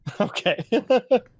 Okay